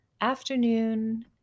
afternoon